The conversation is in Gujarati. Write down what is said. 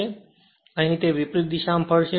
તેથી અહીં તે વિપરીત દિશામાં ફરશે